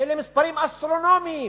אלה מספרים אסטרונומיים.